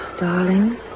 darling